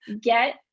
get